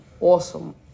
awesome